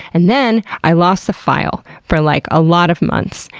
and then i lost the file for, like, a lot of months.